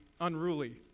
unruly